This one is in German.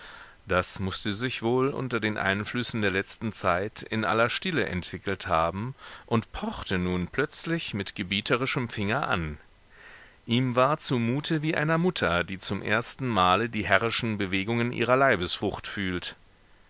das mußte sich wohl unter den einflüssen der letzten zeit in aller stille entwickelt haben und pochte nun plötzlich mit gebieterischem finger an ihm war zumute wie einer mutter die zum ersten male die herrischen bewegungen ihrer leibesfrucht fühlt